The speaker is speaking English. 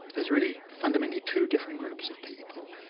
there's really fundamentally two different groups of people.